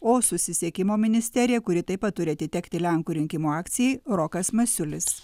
o susisiekimo ministerija kuri taip pat turi atitekti lenkų rinkimų akcijai rokas masiulis